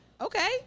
Okay